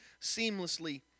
seamlessly